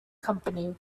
company